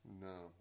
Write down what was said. No